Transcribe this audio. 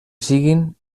siguin